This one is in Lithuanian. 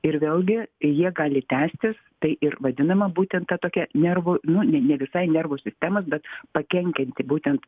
ir vėlgi jie gali tęstis tai ir vadinama būtent ta tokia nervų nu ne ne visai nervų sistemos bet pakenkianti būtent